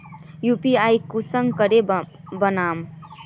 UPI कुंसम करे बनाम?